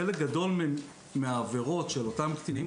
חלק גדול מהעבירות של אותם קטינים,